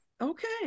okay